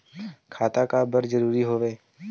खाता का बर जरूरी हवे?